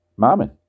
mammon